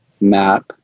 map